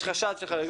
יש חשד לחריגות.